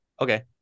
Okay